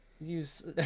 use